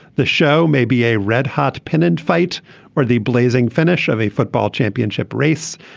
the show may be a red hot pennant fight or the blazing finish of a football championship race.